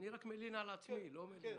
אני רק מלין על עצמי, לא מלין עליהם.